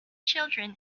children